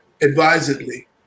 advisedly